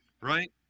right